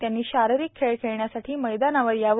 त्यांनी शारीरीक खेळ खेळण्यासाठी मैदानावर यावे